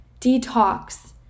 detox